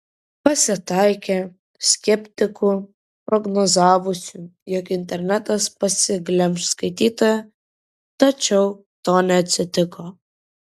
pasitaikė skeptikų prognozavusių jog internetas pasiglemš skaitytoją tačiau to neatsitiko